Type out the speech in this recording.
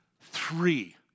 Three